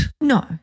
No